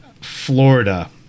Florida